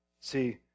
See